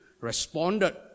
responded